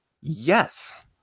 Yes